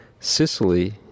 Sicily